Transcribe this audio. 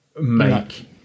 make